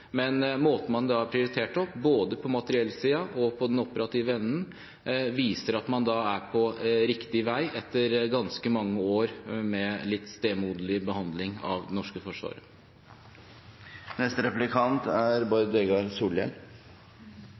men det er en helt annen debatt. Måten man har prioritert opp både på materiellsiden og på den operative evnen, viser at man er på riktig vei, etter ganske mange år med litt stemoderlig behandling av det norske forsvaret. Ein kan for så vidt seie at på nokre felt er